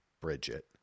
Bridget